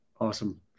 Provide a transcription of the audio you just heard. Awesome